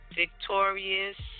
victorious